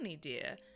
dear